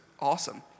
awesome